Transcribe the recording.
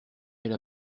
elle